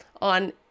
on